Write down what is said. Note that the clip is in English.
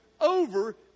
over